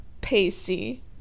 Pacey